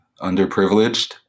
underprivileged